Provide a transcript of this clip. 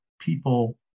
people